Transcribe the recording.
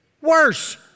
worse